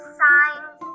signs